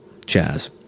Chaz